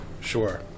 sure